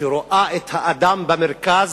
שרואה את האדם במרכז,